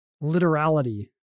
literality